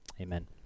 amen